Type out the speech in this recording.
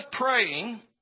praying